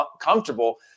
comfortable